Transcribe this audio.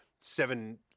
seven